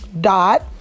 dot